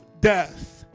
death